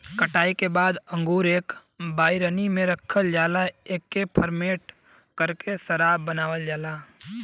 कटाई के बाद अंगूर एक बाइनरी में रखल जाला एके फरमेट करके शराब बनावल जाला